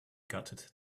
gutted